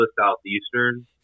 Southeastern